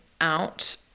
out